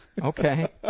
okay